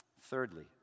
Thirdly